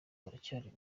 uracyari